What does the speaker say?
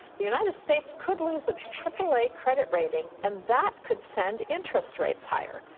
the united states could lose its triple a credit rating, and that could send interest rates higher.